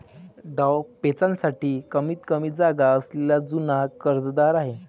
डावपेचांसाठी कमीतकमी जागा असलेला जुना कर्जदार आहे